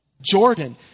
Jordan